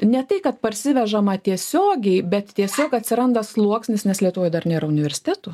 ne tai kad parsivežama tiesiogiai bet tiesiog atsiranda sluoksnis nes lietuvoj dar nėra universitetų